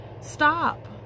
stop